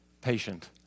patient